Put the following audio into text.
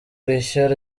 rishya